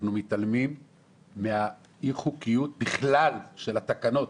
אנחנו מתעלמים מאי-חוקיות בכלל של התקנות.